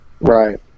Right